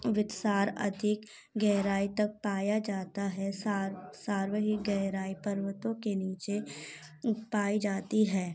वित्सार अधिक गहराई तक पाया जाता है सार सार्वहिक गहराई पर्वतों के नीचे पाई जाती है